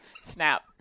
Snap